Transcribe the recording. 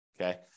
Okay